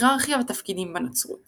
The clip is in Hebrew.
היררכיה ותפקידים בנצרות